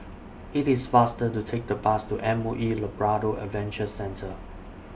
IT IS faster to Take The Bus to M O E Labrador Adventure Centre